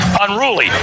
unruly